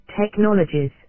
technologies